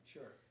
Sure